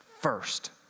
first